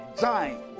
giant